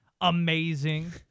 Amazing